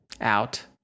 out